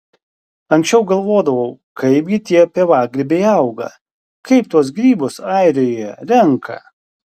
anksčiau galvodavau kaipgi tie pievagrybiai auga kaip tuos grybus airijoje renka